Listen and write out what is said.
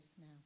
now